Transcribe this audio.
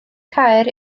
caer